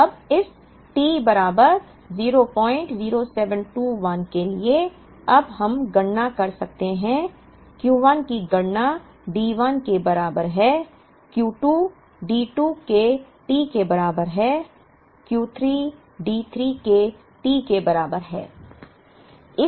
अब इस T बराबर 00721 के लिए अब हम गणना कर सकते हैं Q 1 की गणना D 1 के बराबर है Q 2 D 2 के T के बराबर है Q 3 D 3 के T के बराबर है